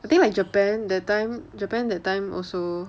I think like japan the time japan that time also